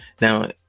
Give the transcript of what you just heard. now